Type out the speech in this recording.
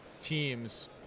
teams